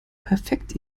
perfekt